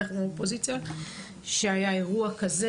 בטח לא באופוזיציה שהיה אירוע כזה